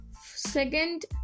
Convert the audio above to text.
Second